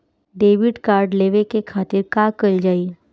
Debit card लेवे के खातिर का कइल जाइ?